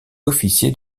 officiers